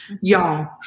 Y'all